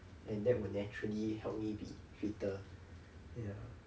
and that will naturally help me be fitter ya